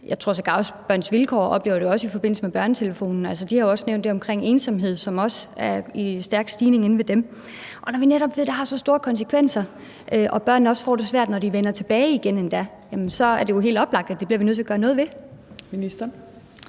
Jeg tror sågar også, at Børns Vilkår oplever det i forbindelse med BørneTelefonen. De har jo også nævnt det med ensomhed, som de også oplever er i stærk stigning. Når vi netop ved, at det har så store konsekvenser, og at børnene endda også får det svært, når de vender tilbage igen, så er det jo helt oplagt, at det bliver vi nødt til at gøre noget ved. Kl.